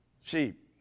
sheep